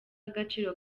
agaciro